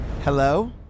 Hello